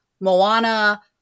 Moana